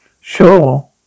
sure